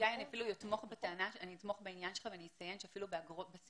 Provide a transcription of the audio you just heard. אני אפילו אתמוך בעניין שלך ואני אציין שאפילו